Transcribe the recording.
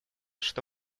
что